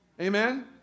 Amen